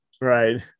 Right